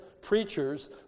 preachers